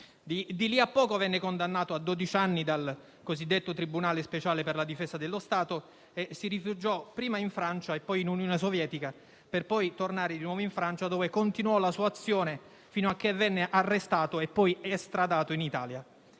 Di lì a poco venne condannato a dodici anni dal cosiddetto tribunale speciale per la difesa dello Stato e si rifugiò prima in Francia e poi in Unione Sovietica, per poi tornare di nuovo in Francia, dove continuò la sua azione fino a che venne arrestato e poi estradato in Italia.